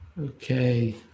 Okay